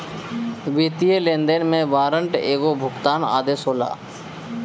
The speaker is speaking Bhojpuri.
वित्तीय लेनदेन में वारंट एगो भुगतान आदेश होला